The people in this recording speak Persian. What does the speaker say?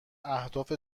اهداف